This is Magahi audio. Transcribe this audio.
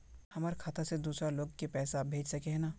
हमर खाता से दूसरा लोग के पैसा भेज सके है ने?